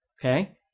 Okay